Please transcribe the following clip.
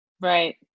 Right